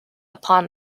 upon